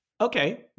Okay